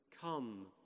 Come